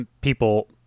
people